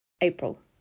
April